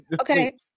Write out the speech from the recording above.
Okay